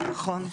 נכון.